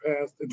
passed